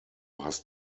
hast